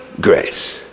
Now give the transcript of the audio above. grace